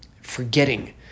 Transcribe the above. forgetting